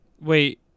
Wait